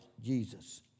Jesus